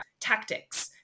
tactics